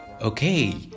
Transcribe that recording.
Okay